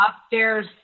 upstairs